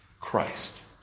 Christ